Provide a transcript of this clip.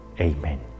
Amen